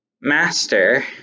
Master